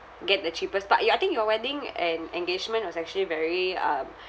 get the cheapest but your I think your wedding and engagement was actually very um